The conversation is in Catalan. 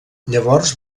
llavors